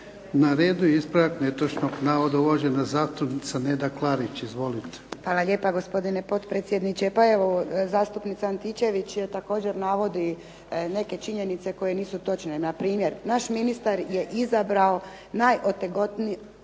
Na redu je ispravak netočnog navoda uvažena zastupnica Neda Klarić. Izvolite. **Klarić, Nedjeljka (HDZ)** Hvala lijepo gospodine potpredsjedniče. Pa evo zastupnica Antičević navodi neke činjenice koje nisu točne npr. naš ministar je izabrao najotegotniji